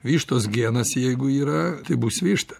vištos genas jeigu yra tai bus višta